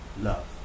love